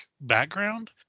background